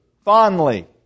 fondly